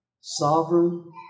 Sovereign